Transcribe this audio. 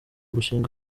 gushinga